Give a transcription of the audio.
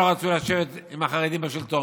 שלא רצו לשבת עם החרדים בשלטון,